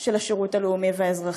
של השירות הלאומי והאזרחי,